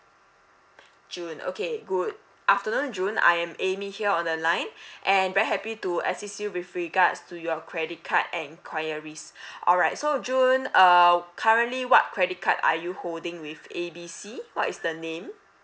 june okay good afternoon june I'm amy here on the line and very happy to assist you with regards to your credit card enquiries alright so june uh currently what credit card are you holding with A B C what is the name